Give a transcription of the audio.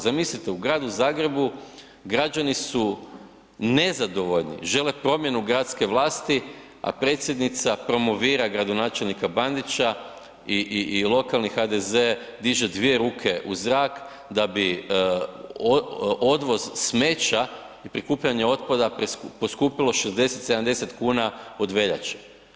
Zamislite u gradu Zagrebu građani su nezadovoljni, žele promjenu gradske vlasti, a predsjednica promovira gradonačelnika Bandića i lokalni HDZ diže dvije ruke u zrak da bi odvoz smeća i prikupljanje otpada poskupilo 60, 70 kuna od veljače.